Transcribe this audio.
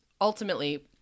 ultimately